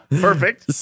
perfect